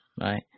right